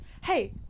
Hey